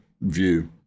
view